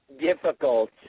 difficult